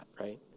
right